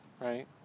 right